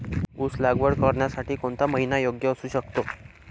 ऊस लागवड करण्यासाठी कोणता महिना योग्य असू शकतो?